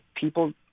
people